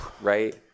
right